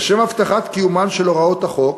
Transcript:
לשם הבטחת קיומן של הוראות החוק,